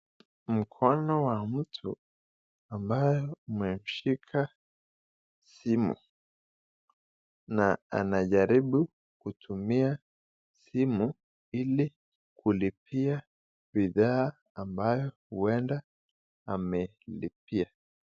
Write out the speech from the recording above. Mkono wa mtu ambaye imemshika simu na anajaribu kutumia simu ili kulipia bidhaa ambaye huende amelipia.